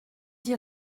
d’y